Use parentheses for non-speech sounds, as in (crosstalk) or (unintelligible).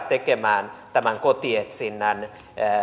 (unintelligible) tekemään tämän kotietsinnän